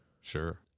sure